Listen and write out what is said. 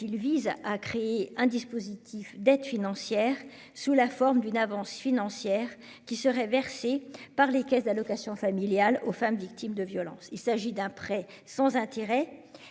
il vise à créer un dispositif d'aide financière sous la forme d'une avance versée par les caisses d'allocations familiales aux femmes victimes de violences. Il s'agirait d'un prêt sans intérêt,